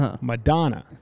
Madonna